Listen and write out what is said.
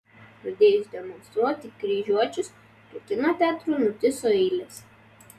pradėjus demonstruoti kryžiuočius prie kino teatrų nutįso eilės